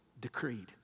decreed